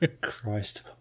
Christ